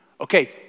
okay